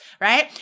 right